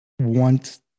want